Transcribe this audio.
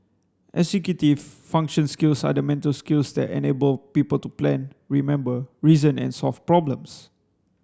executive function skills are the mental skills that enable people to plan remember reason and solve problems